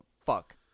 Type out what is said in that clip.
fuck